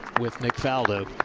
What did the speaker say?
with nick faldo.